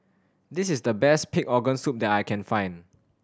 this is the best pig organ soup that I can find